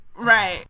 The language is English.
Right